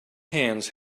hands